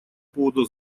поводу